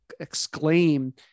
exclaim